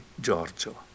Giorgio